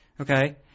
Okay